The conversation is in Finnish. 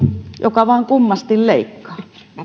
joka vain kummasti leikkaa